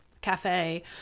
cafe